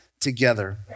Together